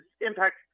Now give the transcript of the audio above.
impact